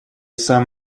сам